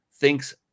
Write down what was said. thinks